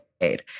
aid